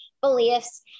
beliefs